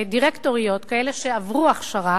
דירקטוריות, כאלה שעברו הכשרה